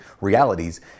realities